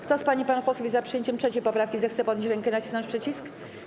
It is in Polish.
Kto z pań i panów posłów jest za przyjęciem 3. poprawki, zechce podnieść rękę i nacisnąć przycisk.